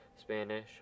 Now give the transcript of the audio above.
Spanish